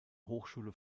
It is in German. hochschule